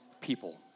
people